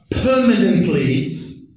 permanently